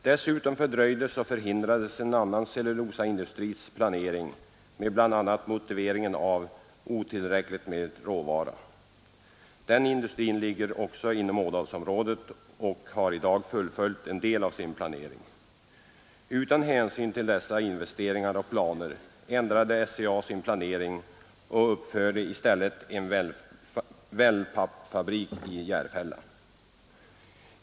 Dessutom fördröjdes och förhindrades en annan cellulosaindustris planering med bl.a. motiveringen att det fanns otillräckligt med råvara. Den industrin ligger också inom Ådalsområdet och har i dag fullföljt en del av sin planering. Utan hänsyn till dessa investeringar och planer ändrade SCA sin planering och uppförde i stället en wellpappfabrik i Järfälla.